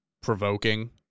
provoking